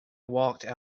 walked